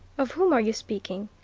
of whom are you speaking?